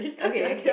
okay okay